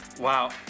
Wow